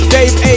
Dave